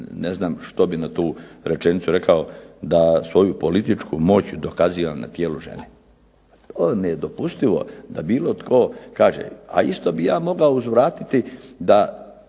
ne znam što bih na tu rečenicu rekao da svoju političku moć dokazivam na tijelu žena. To je nedopustivo da bilo tko kaže, a isto bih ja mogao uzvratiti da